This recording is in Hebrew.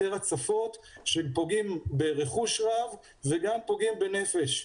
יותר הצפות שפוגעים ברכוש רב וגם פוגעים בנפש.